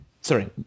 sorry